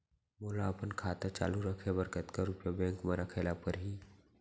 मोला अपन खाता चालू रखे बर कतका रुपिया बैंक म रखे ला परही?